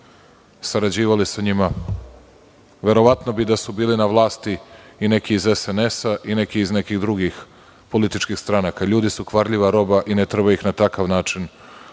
sarađivali sa njima. Verovatno bi, da su bili na vlasti i neki iz SNS i neki iz nekih drugih političkih stranaka. Ljudi su kvarljiva roba i ne treba ih na takav način